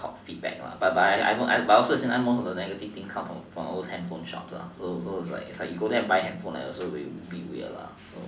feedback lah but but often at the same time most of the negative thing come from all those handphone shop lah so so it's like you go there and buy handphone it's also a bit weird